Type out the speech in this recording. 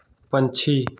पक्षी